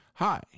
Hi